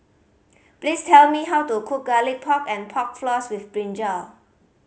please tell me how to cook Garlic Pork and Pork Floss with brinjal